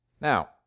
Now